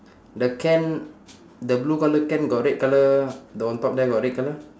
the can the blue colour can got red colour the on top there got red colour